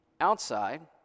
outside